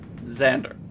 Xander